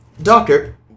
Doctor